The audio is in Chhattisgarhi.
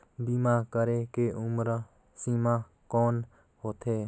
बीमा करे के उम्र सीमा कौन होथे?